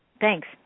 Thanks